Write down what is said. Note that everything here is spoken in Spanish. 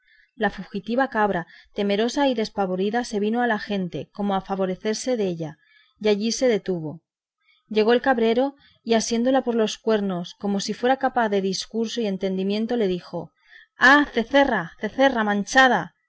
la fugitiva cabra temerosa y despavorida se vino a la gente como a favorecerse della y allí se detuvo llegó el cabrero y asiéndola de los cuernos como si fuera capaz de discurso y entendimiento le dijo ah cerrera cerrera manchada